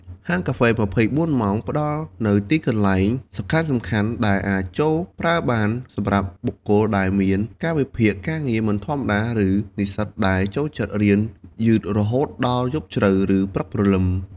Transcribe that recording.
ហាងកាហ្វេ ២៤ ម៉ោងផ្តល់នូវទីកន្លែងសំខាន់ៗដែលអាចចូលប្រើបានសម្រាប់បុគ្គលដែលមាន កាលវិភាគការងារមិនធម្មតាឬ និស្សិត ដែលចូលចិត្តរៀនយឺតរហូតដល់យប់ជ្រៅ ឬព្រឹកព្រលឹម។